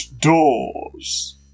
Doors